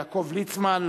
יעקב ליצמן,